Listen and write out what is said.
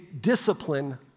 discipline